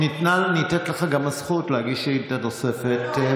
אני מניח שניתנת לך גם הזכות להגיש שאילתה נוספת.